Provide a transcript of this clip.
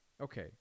okay